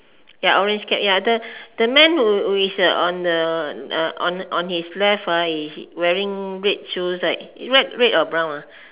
ya orange cap ya the the man who is on the on on his left wearing red shoes right wearing red or brown